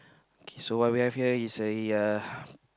okay so what we have here is a uh